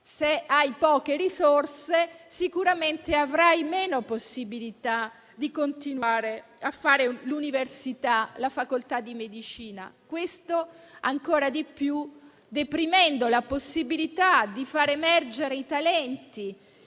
se hai poche risorse, sicuramente avrai meno possibilità di continuare a frequentare la facoltà di medicina, deprimendo ancor di più la possibilità di far emergere i talenti,